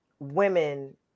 women